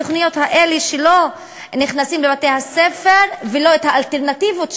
שהתוכניות האלה לא נכנסות בתי-הספר ולא האלטרנטיבות שלהן,